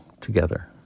together